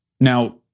now